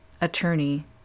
Attorney